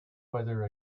whether